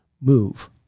move